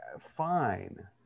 fine